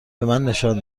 نشان